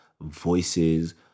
voices